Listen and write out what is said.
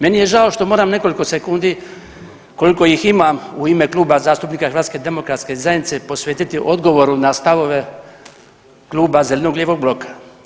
Meni je žao što moram nekoliko sekundi koliko ih imam u ime Kluba zastupnika HDZ-a posvetiti odgovoru na stavove Kluba zeleno-lijevog bloka.